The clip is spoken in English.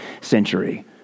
century